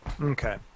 Okay